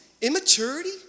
immaturity